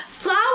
Flower